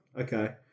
Okay